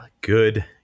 Good